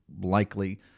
likely